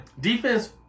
Defense